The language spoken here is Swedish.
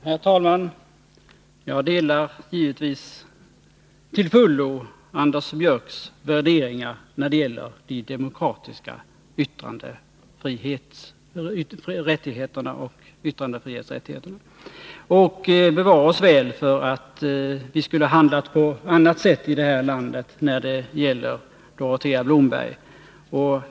Herr talman! Jag delar givetvis till fullo Anders Björcks värderingar när det gäller de demokratiska rättigheterna på yttrandefrihetens område — bevare oss väl för att vi här skulle ha handlat på annat sätt i fråga om Dorotea Bromberg!